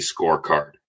Scorecard